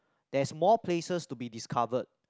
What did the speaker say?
there's more places to be discovered